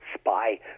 spy